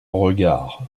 regard